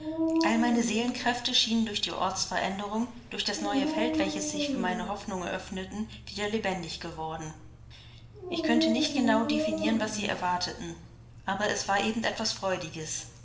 all meine seelenkräfte schienen durch die ortsveränderung durch das neue feld welches sich für meine hoffnungen öffnete wieder lebendig geworden ich könnte nicht genau definieren was sie erwarteten aber es war eben etwas freudiges